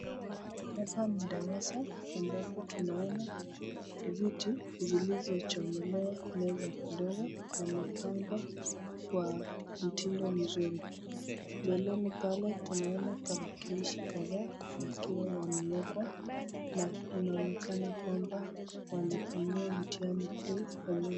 Hapa ni darasa ambapo tunaona viti zilichochomelewa, meza yamepangwa kwa mtindo mzuri, mbeleni pale tunaona talakilishi kadhaa, yakiwa yamewekwa na inaonekana wanafanyia mtihani kwa hii.